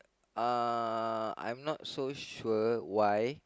uh I'm not so sure why